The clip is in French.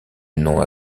nom